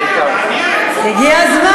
על מי את, הגיע הזמן.